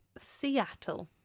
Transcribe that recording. Seattle